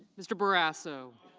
mr. barrasso.